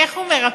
איך הוא מרפא?